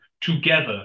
together